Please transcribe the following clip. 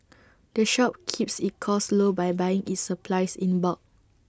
the shop keeps its costs low by buying its supplies in bulk